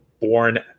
born